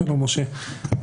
אז משה יכול לענות.